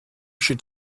should